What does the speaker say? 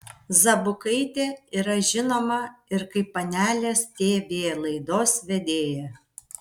zabukaitė yra žinoma ir kaip panelės tv laidos vedėja